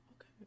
Okay